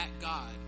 God